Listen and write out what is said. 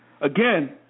again